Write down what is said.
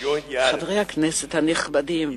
חברי הכנסת הנכבדים,